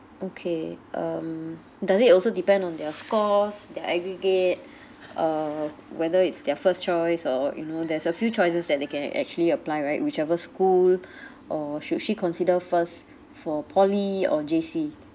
okay um does it also depend on their scores their aggregate uh whether it's their first choice or you know there's a few choices that they can actually apply right whichever school or should she consider first for poly or J_C